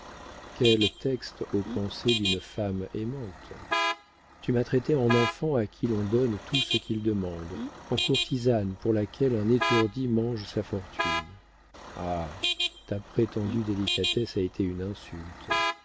quel texte aux pensées d'une femme aimante tu m'as traitée en enfant à qui on donne tout ce qu'il demande en courtisane par laquelle un étourdi mange sa fortune ah ta prétendue délicatesse a été une insulte